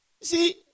see